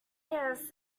guess